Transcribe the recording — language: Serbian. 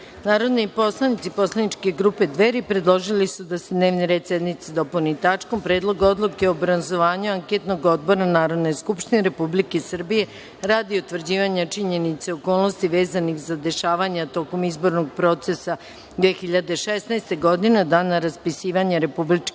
poslanici poslaničke grupe Dveri predložili su da se dnevni red sednice dopuni tačkom – Predlog odluke o obrazovanju anketnog odbora Narodne skupštine Republike Srbije radi utvrđivanja činjenica i okolnosti vezanih za dešavanja tokom izbornog procesa 2016. godine, od dana raspisivanja republičkih